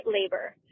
labor